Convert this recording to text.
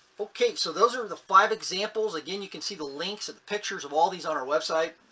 okay. so those are the five examples. again, you can see the links of the pictures of all these on our website.